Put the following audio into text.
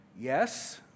Yes